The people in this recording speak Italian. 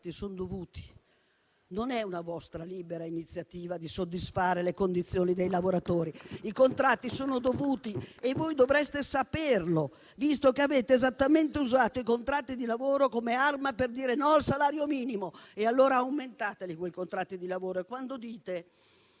contratti sono dovuti; non è una vostra libera iniziativa di soddisfare le condizioni dei lavoratori. I contratti sono dovuti e voi dovreste saperlo, visto che avete esattamente usato i contratti di lavoro come arma per dire "no" al salario minimo. E allora aumentateli quei contratti di lavoro e, quando dite